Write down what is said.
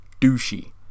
douchey